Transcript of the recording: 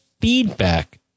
feedback